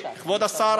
כבוד השר,